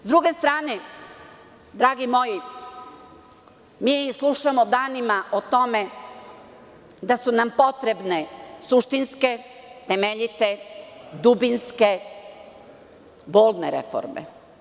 Sa druge strane, dragi moji, slušamo danima o tome da su nam potrebne suštinske, temeljite, dubinske, bolne reforme.